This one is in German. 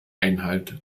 einhalt